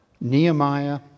Nehemiah